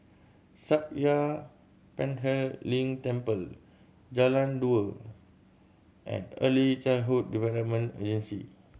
Sakya Tenphel Ling Temple Jalan Dua and Early Childhood Development Agency